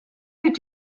eut